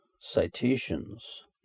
Citations